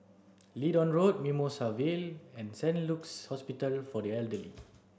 Leedon Road Mimosa Vale and Saint Luke's Hospital for the Elderly